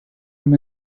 him